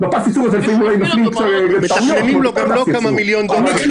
------ כמה מיליון דולר --- אני,